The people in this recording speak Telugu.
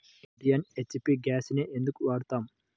ఇండియన్, హెచ్.పీ గ్యాస్లనే ఎందుకు వాడతాము?